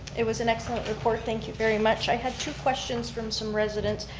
it was an excellent report. thank you very much. i had two questions from some residents.